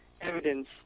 evidence